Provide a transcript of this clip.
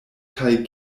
kaj